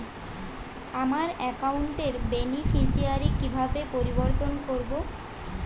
আমার অ্যাকাউন্ট র বেনিফিসিয়ারি কিভাবে পরিবর্তন করবো?